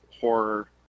horror